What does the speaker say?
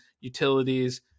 utilities